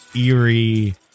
eerie